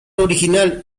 original